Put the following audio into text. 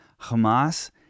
Hamas